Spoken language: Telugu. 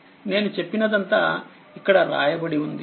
నేను చెప్పినదంతా ఇక్కడ రాయబడి ఉంది